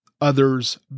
others